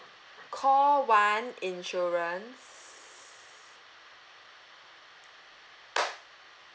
call one insurance